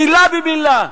מלה במלה,